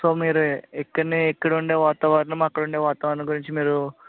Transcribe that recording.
so మీరు ఇక్కడనే ఇక్కడ ఉండే వాతావరణం అక్కడ ఉండే వాతావరణం గురించి మీరు